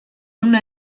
una